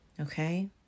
Okay